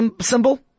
symbol